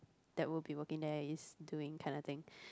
that will be working there is doing kind of thing